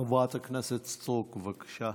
חברת הכנסת סטרוק, בבקשה.